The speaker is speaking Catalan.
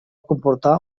comportar